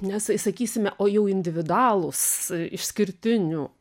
nes sakysime o jau individualūs išskirtinių